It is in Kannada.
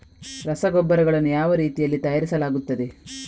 ರಸಗೊಬ್ಬರಗಳನ್ನು ಯಾವ ರೀತಿಯಲ್ಲಿ ತಯಾರಿಸಲಾಗುತ್ತದೆ?